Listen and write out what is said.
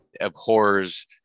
abhors